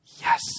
yes